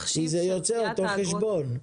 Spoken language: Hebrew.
זה יוצא אותו חשבון.